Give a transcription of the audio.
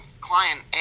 client